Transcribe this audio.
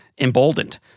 emboldened